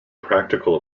practical